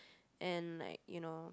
and like you know